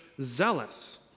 zealous